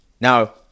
Now